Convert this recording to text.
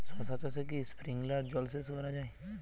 শশা চাষে কি স্প্রিঙ্কলার জলসেচ করা যায়?